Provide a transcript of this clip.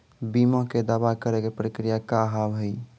बीमा के दावा करे के प्रक्रिया का हाव हई?